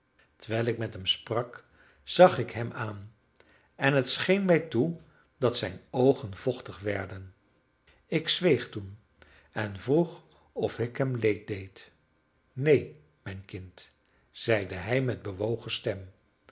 terwijl ik met hem sprak zag ik hem aan en het scheen mij toe dat zijn oogen vochtig werden ik zweeg toen en vroeg of ik hem leed deed neen mijn kind zeide hij met bewogen stem